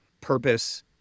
purpose